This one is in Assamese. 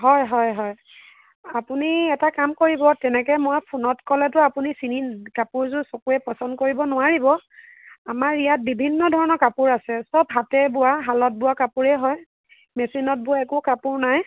হয় হয় হয় আপুনি এটা কাম কৰিব তেনেকৈ মই ফোনত ক'লেতো আপুনি চিনি কাপোৰযোৰ চকুৱে পছন্দ কৰিব নোৱাৰিব আমাৰ ইয়াত বিভিন্ন ধৰণৰ কাপোৰ আছে সব হাতে বোৱা শালত বোৱা কাপোৰেই হয় মেছিনত বোৱা একো কাপোৰ নাই